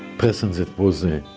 person that was a